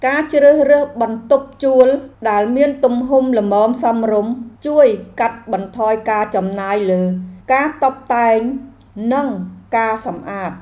ការជ្រើសរើសបន្ទប់ជួលដែលមានទំហំល្មមសមរម្យ ជួយកាត់បន្ថយការចំណាយលើការតុបតែង និងការសម្អាត។